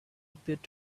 appeared